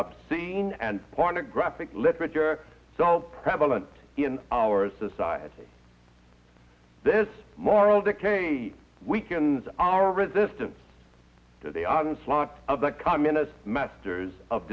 obscene and pornographic literature so prevalent in our society this moral decay weakens our resistance to the audience a lot of the communist masters of